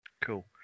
Cool